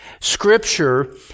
Scripture